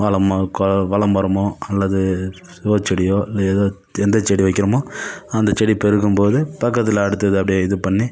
வாழ மரம் கா வாழ மரமோ அல்லது ரோஸ் செடியோ இல்லை ஏதோ எந்த செடி வைக்கிறமோ அந்த செடி பெருகும்போது பக்கத்தில் அடுத்தது அப்படியே இது பண்ணி